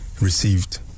received